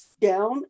down